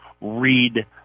read